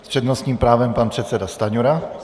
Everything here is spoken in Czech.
S přednostním právem pan předseda Stanjura.